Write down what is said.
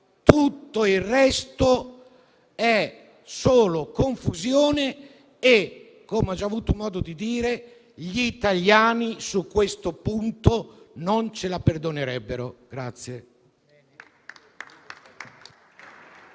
tutto il resto è solo confusione e, come ho già avuto modo di dire, gli italiani su questo punto non ci perdonerebbero.